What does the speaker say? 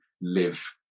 live